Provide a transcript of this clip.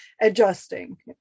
adjusting